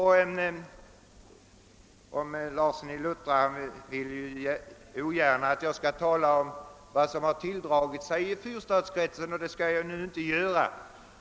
Herr Larsson i Luttra vill kanske inte gärna att jag talar om vad som tilldragit sig inom fyrstadskretsen, och det skall jag heller inte göra.